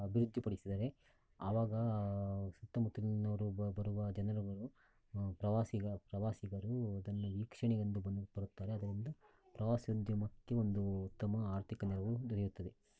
ಅಭಿವೃದ್ಧಿಪಡಿಸಿದರೆ ಆವಾಗ ಸುತ್ತಮುತ್ತಲಿನವರು ಬ ಬರುವ ಜನರುಗಳು ಪ್ರವಾಸಿಗ ಪ್ರವಾಸಿಗರು ಇದನ್ನು ವೀಕ್ಷಣೆಗೆಂದು ಬಂದು ಬರುತ್ತಾರೆ ಅದರಿಂದ ಪ್ರವಾಸೋದ್ಯಮಕ್ಕೆ ಒಂದು ಉತ್ತಮ ಆರ್ಥಿಕ ನೆರವು ದೊರೆಯುತ್ತದೆ